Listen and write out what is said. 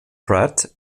pratt